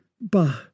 Bah